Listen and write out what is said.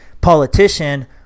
politician